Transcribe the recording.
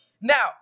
now